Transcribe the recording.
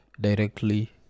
directly